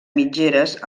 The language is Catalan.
mitgeres